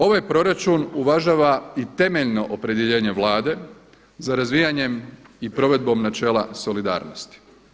Ovaj proračun uvažava i temeljno opredjeljenje Vlade za razvijanjem i provedbom načela solidarnosti.